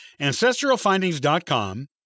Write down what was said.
AncestralFindings.com